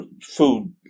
food